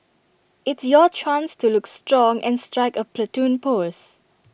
it's your chance to look strong and strike A Platoon pose